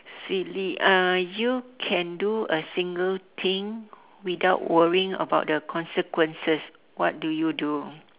silly uh you can do a single thing without worrying about the consequences what do you do